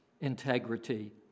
integrity